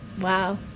Wow